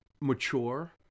mature